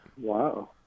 Wow